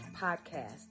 podcast